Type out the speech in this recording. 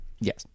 Yes